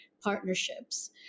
partnerships